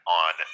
on